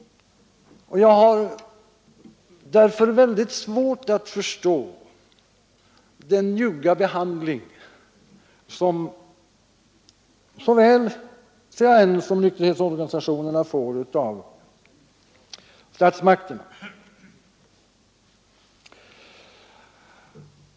Jag har därför väldigt svårt att förstå den njugga behandling som såväl CAN som nykterhetsorganisationerna får av statsmakterna.